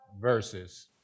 verses